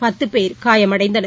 பத்து பேர் காயமடைந்தனர்